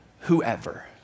whoever